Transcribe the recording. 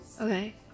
Okay